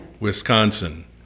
Wisconsin